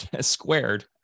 squared